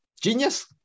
Genius